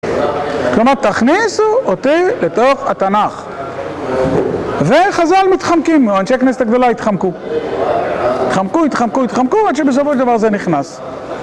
כלומר, תכניסו אותי לתוך התנ״ך. וחז"ל מתחמקים, אנשי כנסת הגדולה התחמקו. התחמקו, התחמקו, התחמקו, עד שבסופו של דבר זה נכנס.